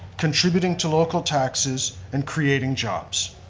contributing to local taxes and creating jobs.